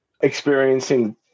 experiencing